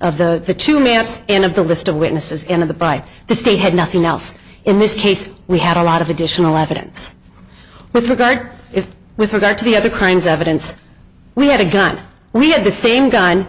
of the to me ups and of the list of witnesses and of the by the state had nothing else in this case we had a lot of additional evidence with regard if with regard to the other kinds of events we had a gun we had the same gu